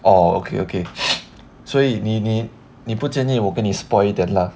oh okay okay 所以你你你不介意我给你 spoil 一点 lah